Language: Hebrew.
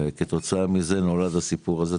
כתוצאה מזה נולד הסיפור הזה,